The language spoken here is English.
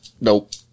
Nope